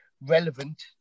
relevant